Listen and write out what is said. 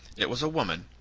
it was a woman.